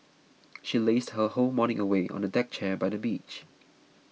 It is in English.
she lazed her whole morning away on a deck chair by the beach